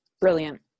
Brilliant